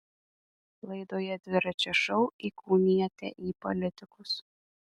laidoje dviračio šou įkūnijate į politikus